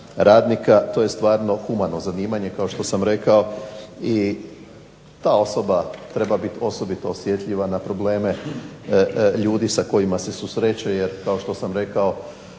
to je stvarno humano zanimanje kao što sam rekao i ta osoba treba biti osobito osjetljiva na probleme ljudi sa kojima se susreće. Jer kao što sam rekao